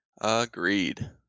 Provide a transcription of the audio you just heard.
Agreed